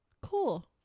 Cool